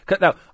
Now